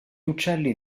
uccelli